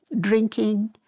drinking